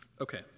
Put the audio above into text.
Okay